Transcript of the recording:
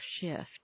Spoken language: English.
shift